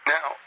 Now